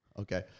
Okay